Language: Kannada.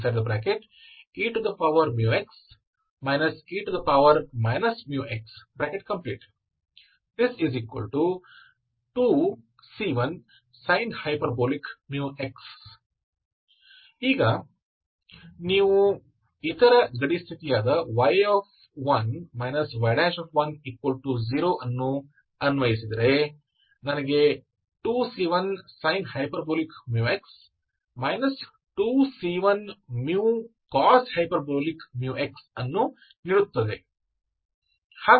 yxc1eμx e μx2c1sin hμx ಈಗ ನೀವು ಇತರ ಗಡಿ ಸ್ಥಿತಿಯಾದ y1 y10 ಅನ್ನು ಅನ್ವಯಿಸಿದರೆ ನನಗೆ 2c1sin hμx 2c1hμx ಅನ್ನು ನೀಡುತ್ತದೆ